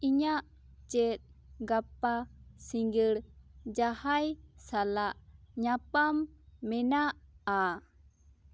ᱤᱧᱟᱹᱜ ᱪᱮᱫ ᱜᱟᱯᱟ ᱥᱤᱸᱜᱟᱹᱲ ᱡᱟᱦᱟᱸᱭ ᱥᱟᱞᱟᱜ ᱧᱟᱯᱟᱢ ᱢᱮᱱᱟᱜᱼᱟ